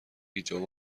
ایجاب